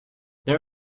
there